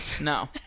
no